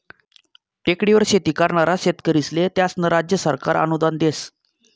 टेकडीवर शेती करनारा शेतकरीस्ले त्यास्नं राज्य सरकार अनुदान देस